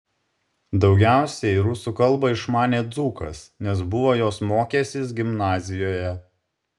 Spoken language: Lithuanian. daugiausiai rusų kalbą išmanė dzūkas nes buvo jos mokęsis gimnazijoje